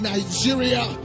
Nigeria